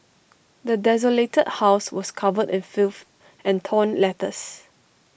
the desolated house was covered in filth and torn letters